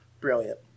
Brilliant